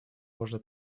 можно